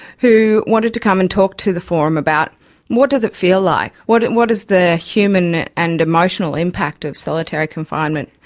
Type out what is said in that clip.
who wanted to come and talk to the forum about what does it feel like, what and what is the human and emotional impact of solitary confinement,